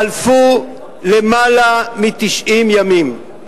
חלפו למעלה מ-90 ימים,